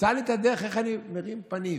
תמצא לי את הדרך איך אני מרים פנים,